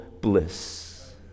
bliss